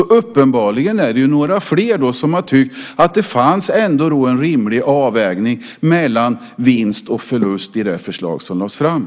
Man måste ha stöd från andra, och uppenbarligen är det många som tycker att det i förslaget finns en rimlig avvägning.